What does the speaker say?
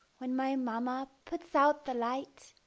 when my mama puts out the light,